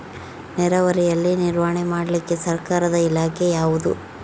ನೇರಾವರಿಯಲ್ಲಿ ನಿರ್ವಹಣೆ ಮಾಡಲಿಕ್ಕೆ ಸರ್ಕಾರದ ಇಲಾಖೆ ಯಾವುದು?